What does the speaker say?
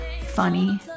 funny